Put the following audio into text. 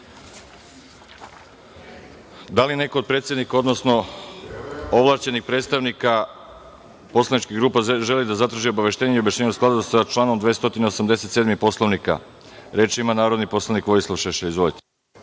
li neko od predsednika, odnosno ovlašćenih predstavnika poslaničkih grupa želi da zatraži obaveštenje, u skladu sa članom 287. Poslovnika? Reč ima narodni poslanik Vojislav Šešelj. Izvolite.